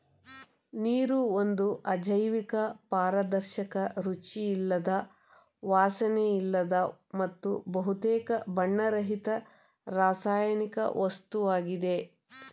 ನೀರು ಒಂದು ಅಜೈವಿಕ ಪಾರದರ್ಶಕ ರುಚಿಯಿಲ್ಲದ ವಾಸನೆಯಿಲ್ಲದ ಮತ್ತು ಬಹುತೇಕ ಬಣ್ಣರಹಿತ ರಾಸಾಯನಿಕ ವಸ್ತುವಾಗಿದೆ